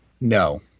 No